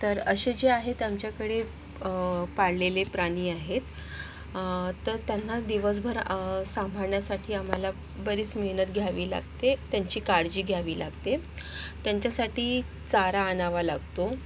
तर असे जे आहेत आमच्याकडे पाळलेले प्राणी आहेत तर त्यांना दिवसभर सांभाळण्यासाठी आम्हाला बरीच मेहनत घ्यावी लागते त्यांची काळजी घ्यावी लागते त्यांच्यासाठी चारा आणावा लागतो